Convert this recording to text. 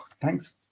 thanks